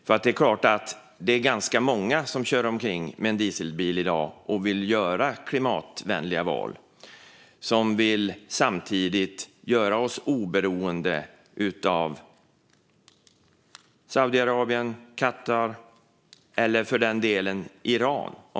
Men det är i dag ganska många som kör omkring med en dieselbil och som vill göra klimatvänliga val och som samtidigt vill att vi ska göra oss oberoende av Saudiarabien, Qatar eller för den delen Iran.